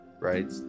right